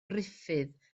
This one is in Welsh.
ruffydd